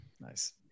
Nice